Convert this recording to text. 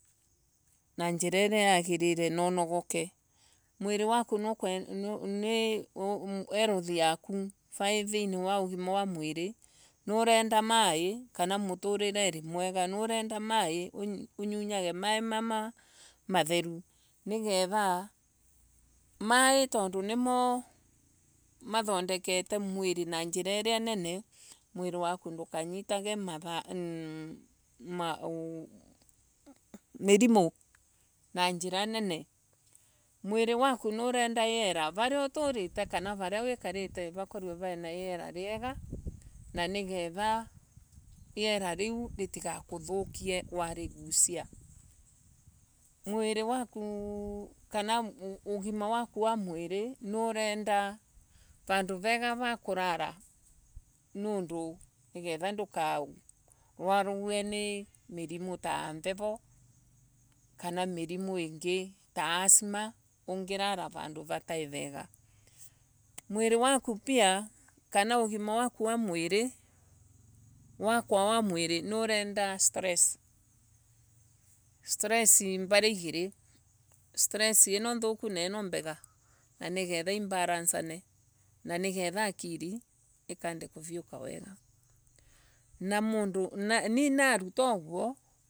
Na njira iria yagiririte na unogoke. Mwiri waku ni No Nu Health yaku vai thiini wa mwiri waku. nurenda mai. kana vai muturirei mwega niurenda mai unyunyago mai mama matheru nigetha Mai tondu nimo mathondekere mwiri na njira iria nene. mwiri waku ndukanyitage mah Mmh Math Mirimu. Na njira nia nene. Mwiri waku ni urenda riera viu ritiga kuthukie wariguria. Warigusia Mwiri nurenda vandu rega va kurara niketha ndukarwarue ni mirino to mbevo. ta asthma utongirara vandu vutai vega. Ugima wako wa mwiri niurendo stress stress mbari igiri. stress ino thuku na stress ino mbega niguo ibalancane na nikithe akiri ikande kuriuka wega na mundu nie navuta uguo.